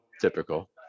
typical